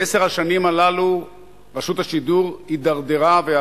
בעשר השנים האלה רשות השידור הלכה והידרדרה,